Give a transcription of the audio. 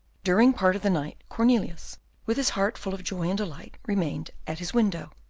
during part of the night cornelius, with his heart full of joy and delight, remained at his window,